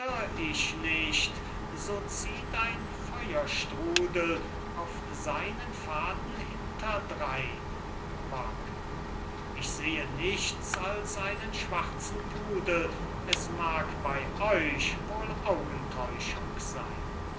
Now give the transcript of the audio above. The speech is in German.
ich nicht so zieht ein feuerstrudel auf seinen pfaden hinterdrein ich sehe nichts als einen schwarzen pudel es mag bey euch wohl augentäuschung seyn